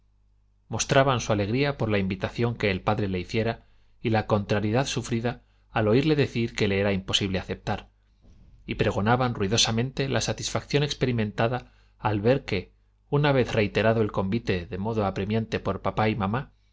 mostraban su alegría por la invitación que el padre le hiciera y la contrariedad sufrida al oirle decir que le era imposible aceptar y pregonaban ruidosamente la satisfacción experimentada al ver que urna vez reiterado el convite de modo apremiante por papá y mamá